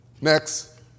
Next